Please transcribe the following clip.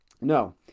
No